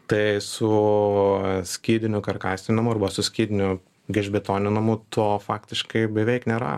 tai su skydiniu karkasiniu namu arba su skydiniu gelžbetoniniu namu to faktiškai beveik nėra